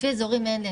לפי אזורים אין לי.